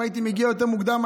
אם הייתי מגיע יותר מוקדם,